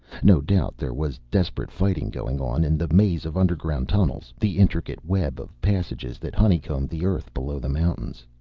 no doubt there was desperate fighting going on in the maze of underground tunnels, the intricate web of passages that honeycombed the earth below the mountains.